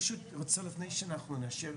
לפני שנאשר,